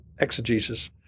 exegesis